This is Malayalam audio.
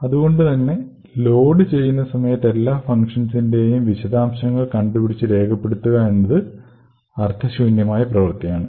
അതു കൊണ്ടുതന്നെ ലോഡ് ചെയ്യുന്ന സമയത് എല്ലാ ഫങ്ഷൻസിന്റെയും വിശദാംശങ്ങൾ കണ്ടുപിടിച്ചു രേഖപ്പെടുത്തുക എന്നത് അർഥശൂന്യമായ പ്രവർത്തിയാണ്